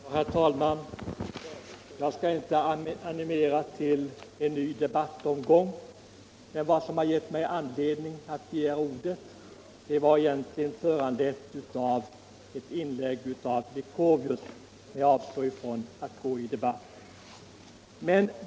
Herr talman! Jag skall inte animera till en ny debattomgång. Det som gav mig anledning att begära ordet var ett inlägg av herr Leuchovius, men jag avstår från att gå in i debatt med honom.